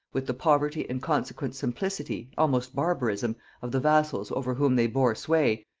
with the poverty and consequent simplicity, almost barbarism, of the vassals over whom they bore sway,